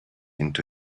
into